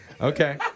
Okay